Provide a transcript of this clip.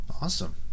Awesome